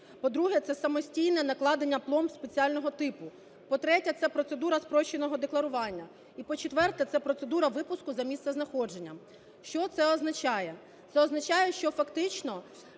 По-друге, це самостійне накладення пломб спеціального типу. По-третє, це процедура спрощеного декларування. І по-четверте, це процедура випуску за місцезнаходженням. Що це означає? Це означає, що фактично